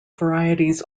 varieties